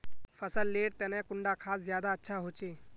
फसल लेर तने कुंडा खाद ज्यादा अच्छा होचे?